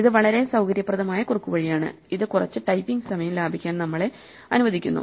ഇത് വളരെ സൌകര്യപ്രദമായ കുറുക്കുവഴിയാണ് ഇത് കുറച്ച് ടൈപ്പിംഗ് സമയം ലാഭിക്കാൻ നമ്മളെ അനുവദിക്കുന്നു